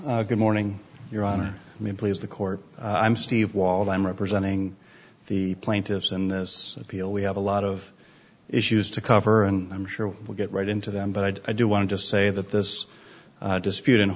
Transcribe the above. good morning your honor i mean please the court i'm steve wald i'm representing the plaintiffs in this appeal we have a lot of issues to cover and i'm sure we'll get right into them but i do want to just say that this dispute in